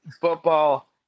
football